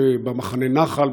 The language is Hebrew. ב"במחנה נח"ל",